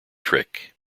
trick